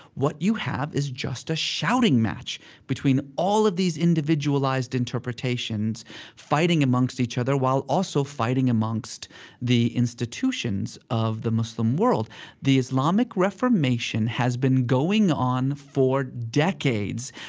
what you have is just a shouting match between all of these individualized interpretations fighting amongst each other while also fighting amongst the institutions of the muslim world the islamic reformation has been going on for decades.